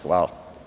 Hvala.